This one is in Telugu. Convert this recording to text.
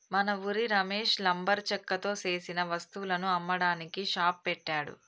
మన ఉరి రమేష్ లంబరు చెక్కతో సేసిన వస్తువులను అమ్మడానికి షాప్ పెట్టాడు